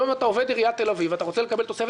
היום אם אתה עובד עיריית תל אביב ואתה רוצה לקבל תוספת